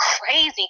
crazy